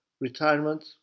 retirement